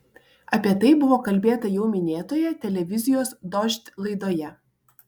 apie tai buvo kalbėta jau minėtoje televizijos dožd laidoje